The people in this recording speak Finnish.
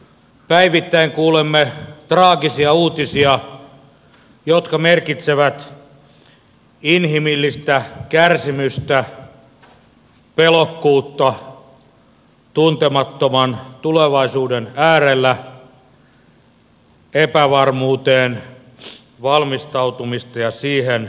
päivittäin kuulemme traagisia uutisia jotka merkitsevät inhimillistä kärsimystä pelokkuutta tuntemattoman tulevaisuuden äärellä epävarmuuteen valmistautumista ja siihen suostumista